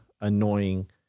annoying